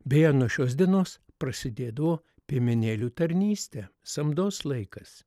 beje nuo šios dienos prasidėdavo piemenėlių tarnystė samdos laikas